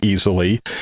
easily